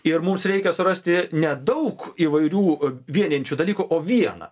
ir mums reikia surasti ne daug įvairių vienijančių dalykų o vieną